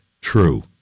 true